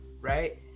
right